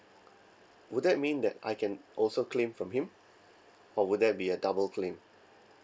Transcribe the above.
would that mean that I can also claim from him or would that be a double claim